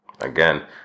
again